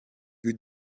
you